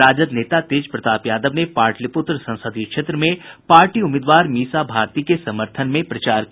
राजद नेता तेज प्रताप यादव ने पाटलिपुत्र संसदीय क्षेत्र से पार्टी उम्मीदवार मीसा भारती के समर्थन में प्रचार किया